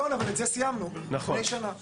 קיבלו מיליון אבל את זה סיימנו לפני שנה.